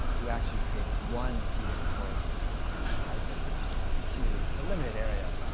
you actually create one heating source and you pipe it to a limited area.